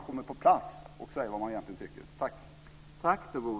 Kom på plats och säg vad ni egentligen tycker!